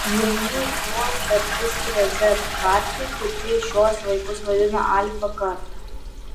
vieni juos dar priskiria z kartai kiti šiuos vaikus vadina alfa karta